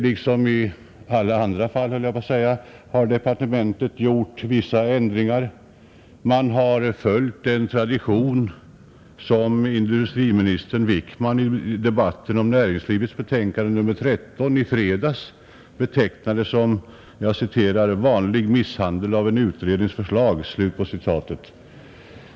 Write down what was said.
Liksom i alla andra fall, skulle jag vilja säga, har departementet gjort vissa ändringar — man har följt den tradition som industriminister Wickman i debatten om näringsutskottets betänkande nr 13 i fredags betecknade som ”vanlig misshandel av en utrednings förslag”.